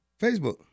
Facebook